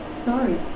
sorry